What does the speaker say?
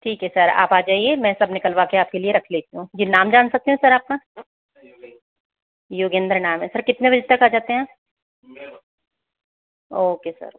ठीक है सर आप आ जाइए मैं सब निकलवाकर आप के लिए रख लेती हूँ जी नाम जान सकते हैं सर आपका योगेंद्र नाम है सर कितने बजे तक आ जाते हैं आप ओके सर ओके